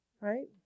right